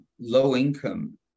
low-income